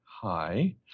Hi